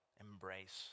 embrace